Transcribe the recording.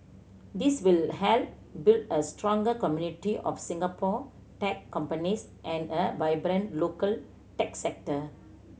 this will help build a stronger community of Singapore tech companies and a vibrant local tech sector